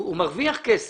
הוא מרוויח כסף.